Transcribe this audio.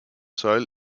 soil